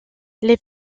les